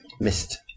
missed